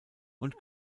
und